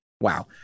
wow